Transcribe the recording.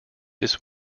this